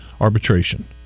arbitration